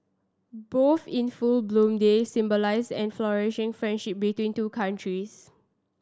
both in full bloom they symbolise and flourishing friendship between two countries